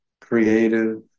creative